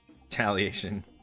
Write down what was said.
retaliation